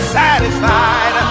satisfied